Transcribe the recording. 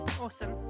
Awesome